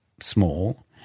small